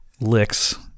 licks